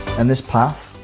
and this path?